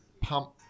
pump